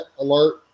alert